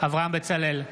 אברהם בצלאל,